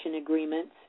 agreements